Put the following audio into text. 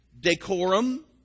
decorum